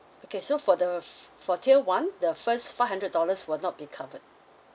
okay so for the f~ for tier one the first five hundred dollars will not be covered